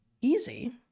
easy